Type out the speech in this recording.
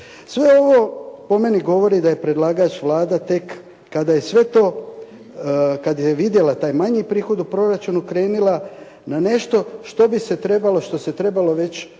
Sve ovo po meni govori da je predlagač Vlada tek kada je sve to, kad je vidjela taj manji prihod u proračunu krenula na nešto što se trebalo već početkom ove godine